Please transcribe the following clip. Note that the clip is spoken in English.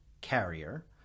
carrier